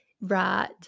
right